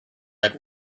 ripe